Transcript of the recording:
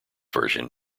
version